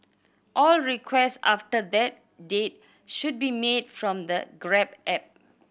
all requests after that date should be made from the Grab app